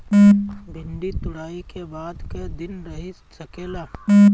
भिन्डी तुड़ायी के बाद क दिन रही सकेला?